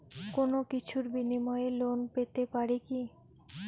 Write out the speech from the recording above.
কোনো কিছুর বিনিময়ে লোন পেতে পারি কি?